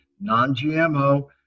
non-GMO